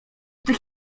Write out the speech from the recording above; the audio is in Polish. tych